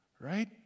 Right